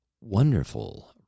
wonderful